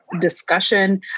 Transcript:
discussion